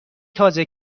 تازه